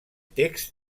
text